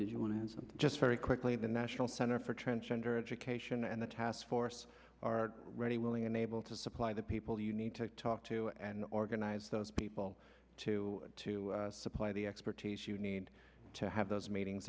some just very quickly the national center for transgender education and the task force are ready willing and able to supply the people you need to talk to and organize those people to to supply the expertise you need to have those meetings